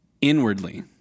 inwardly